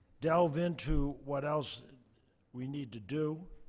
delve into what else we need to do,